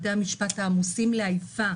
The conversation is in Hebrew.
בתי המשפט עמוסים לעייפה